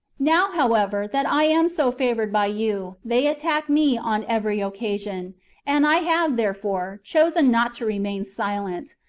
now, however, that i am so favoured by you, they attack me on every occasion and i have, there fore, chosen not to remain silent,